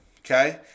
Okay